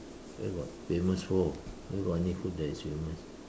where got famous for where got any food that is famous